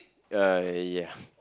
uh ya